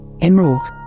emerald